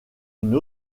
une